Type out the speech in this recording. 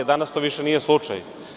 Danas to više nije slučaj.